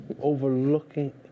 Overlooking